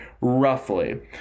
roughly